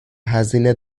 هزینه